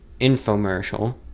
infomercial